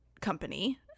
company